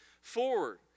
forward